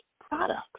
products